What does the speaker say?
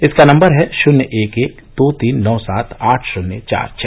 इसका नंबर है शून्य एक एक दो तीन नौ सात आठ शुन्य चार छ